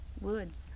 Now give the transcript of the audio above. woods